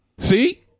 See